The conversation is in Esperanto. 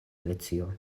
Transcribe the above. alicio